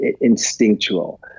instinctual